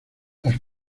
las